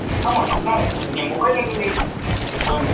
ஆமாம் என்ன இப்போ நீங்கள் மொபைலில் நீங்கள் சொல்லுங்கள்